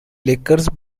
lakers